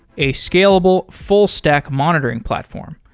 a scalable, full stack monitoring platform.